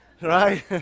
Right